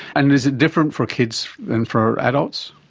and is it different for kids and for adults?